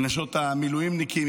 לנשות המילואימניקים.